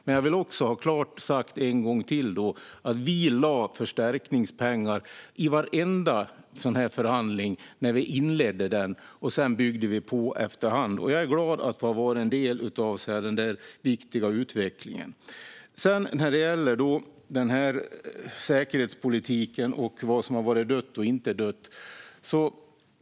Men jag vill också säga en gång till att vi lade förstärkningspengar när vi inledde varenda sådan här förhandling, och sedan byggde vi på efter hand. Jag är glad över att ha varit en del av den viktiga utvecklingen. Sedan gäller det säkerhetspolitiken och vad som har varit dött och inte dött.